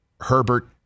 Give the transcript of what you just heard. Herbert